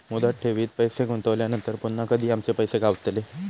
मुदत ठेवीत पैसे गुंतवल्यानंतर पुन्हा कधी आमचे पैसे गावतले?